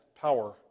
power